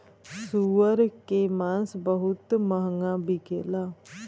सूअर के मांस बहुत महंगा बिकेला